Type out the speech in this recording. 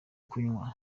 kunywa